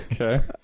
Okay